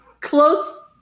close